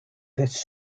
this